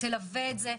תלווה את זה,